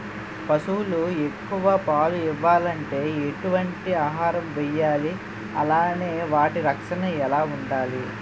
పశువులు ఎక్కువ పాలు ఇవ్వాలంటే ఎటు వంటి ఆహారం వేయాలి అలానే వాటి రక్షణ ఎలా వుండాలి?